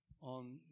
on